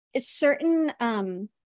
certain